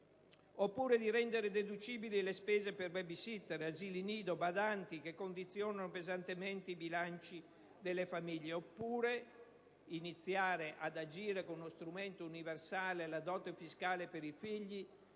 Oppure, di rendere deducibili le spese per *baby-sitter*, asili nido, badanti, che condizionano pesantemente i bilanci delle famiglie. Oppure, iniziare ad agire con uno strumento universale, la dote fiscale per i figli,